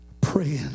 praying